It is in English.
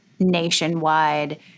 nationwide